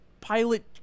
pilot